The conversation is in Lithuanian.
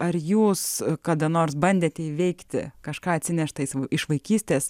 ar jūs kada nors bandėte įveikti kažką atsineštais iš vaikystės